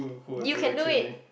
you can do it